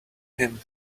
him